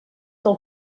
del